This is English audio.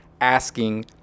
asking